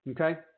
okay